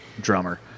drummer